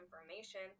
information